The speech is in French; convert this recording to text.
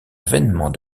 vainement